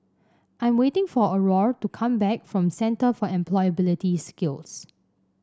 I'm waiting for Aurore to come back from Centre for Employability Skills